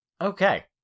Okay